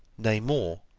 nay more,